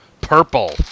purple